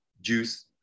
juice